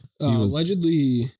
Allegedly